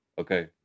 Okay